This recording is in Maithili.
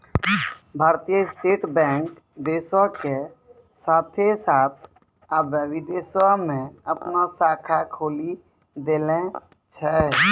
भारतीय स्टेट बैंक देशो के साथे साथ अबै विदेशो मे अपनो शाखा खोलि देले छै